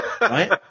Right